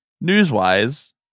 news-wise